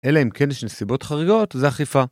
אלא אם כן של סיבות חריגות ואכיפה.